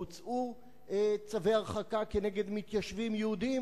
הוצאו צווי הרחקה נגד מתיישבים יהודים